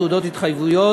תעודות התחייבות,